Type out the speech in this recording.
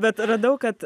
bet radau kad